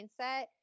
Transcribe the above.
mindset